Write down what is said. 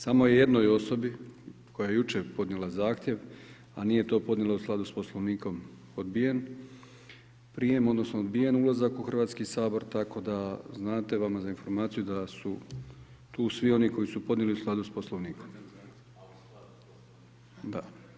Samo je jednoj osobi, koja je jučer podnijela zahtjev, a nije to podnijela u skladu sa Poslovnikom odbijem prijem, odnosno odbijen ulazak u Hrvatski sabor, tako da znate, vama za informaciju, da su tu svi oni koji su podnijeli u skladu sa poslovnikom. … [[Upadica se ne čuje.]] Da.